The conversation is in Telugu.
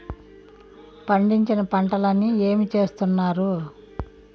పండించిన పంటలని ఏమి చేస్తున్నారు?